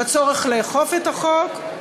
בצורך לאכוף את החוק,